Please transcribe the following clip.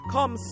Come